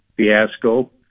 fiasco